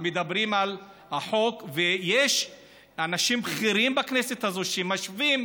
מדברים על החוק ויש אנשים בכירים בכנסת הזו שמשווים